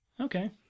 Okay